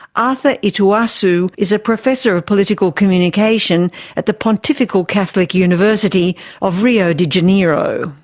arthur ituassu is professor of political communication at the pontifical catholic university of rio de janeiro.